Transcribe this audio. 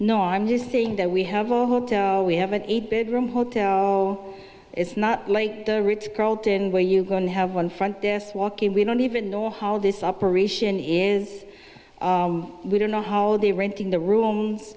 no i'm just saying that we have a hotel we have an eight bedroom hotel it's not like the ritz carlton where you going to have one front this walking we don't even know how this operation is we don't know how they renting the rooms